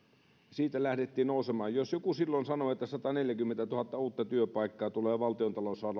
siitä lähdettiin nousemaan jos joku olisi silloin sanonut että sataneljäkymmentätuhatta uutta työpaikkaa tulee ja valtiontalous